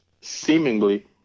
seemingly